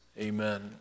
amen